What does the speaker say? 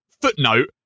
footnote